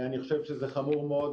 אני חושב שזה חמור מאוד.